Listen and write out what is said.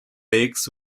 lakes